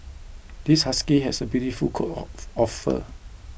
this husky has a beautiful coat of of fur